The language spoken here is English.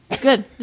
good